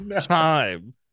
time